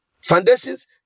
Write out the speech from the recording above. foundations